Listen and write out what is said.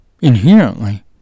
inherently